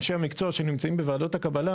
אנשי המקצוע שנמצאים בוועדות הקבלה,